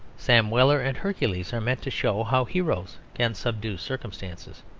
sam weller and hercules are meant to show how heroes can subdue circumstances.